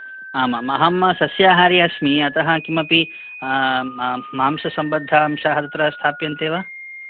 आम् आम् अहं सस्याहारी अस्मि अतः किमपि मांससम्बद्धांशः तत्र स्ताप्यन्ते वा